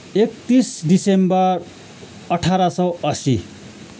एकतिस डिसम्बर अठार सय अस्सी